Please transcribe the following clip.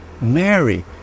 mary